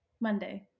Monday